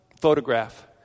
photograph